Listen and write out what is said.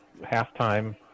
halftime